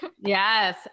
Yes